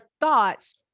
thoughts